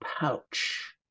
pouch